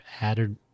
added